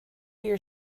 your